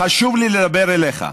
חשוב לי לדבר אליך.